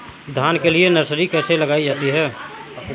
धान के लिए नर्सरी कैसे लगाई जाती है?